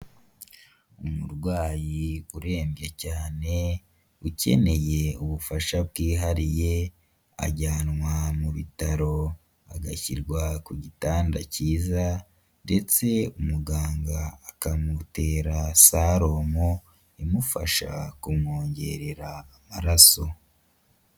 Umurwayi urembye cyane ukeneye ubufasha bwihariye ajyanwa mu bitaro agashyirwa ku gitanda cyiza ndetse umuganga akamutera salomo imufasha kumwongerera amaraso.